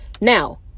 Now